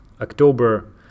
october